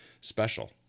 special